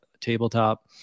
tabletop